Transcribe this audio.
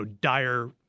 dire